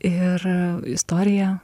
ir istorija